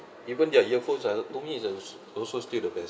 even their earphones are to me it's also still the best